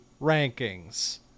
rankings